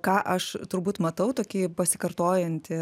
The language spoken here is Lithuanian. ką aš turbūt matau tokį pasikartojantį